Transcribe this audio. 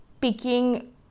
picking